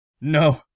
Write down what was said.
No